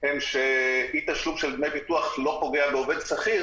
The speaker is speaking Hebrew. הם שאי-תשלום של דמי ביטוח לא פוגע בעובד שכיר